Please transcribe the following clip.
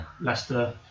Leicester